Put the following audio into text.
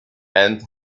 and